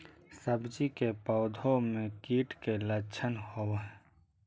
सब्जी के पौधो मे कीट के लच्छन होबहय?